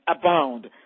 abound